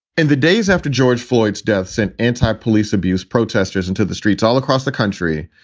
in the days after george floyds deaths and anti police abuse protesters into the streets all across the country